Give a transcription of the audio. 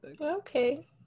Okay